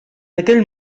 aquell